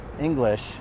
english